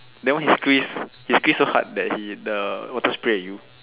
then why he squeeze he squeeze so hard that he the what spray at you